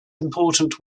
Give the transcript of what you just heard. important